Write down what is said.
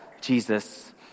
Jesus